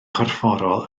corfforol